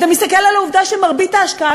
אתה מסתכל על העובדה שמרבית ההשקעה